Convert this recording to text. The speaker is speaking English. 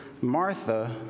Martha